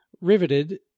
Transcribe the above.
riveted